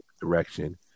direction